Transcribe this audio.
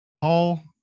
Paul